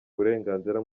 uburenganzira